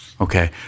Okay